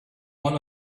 one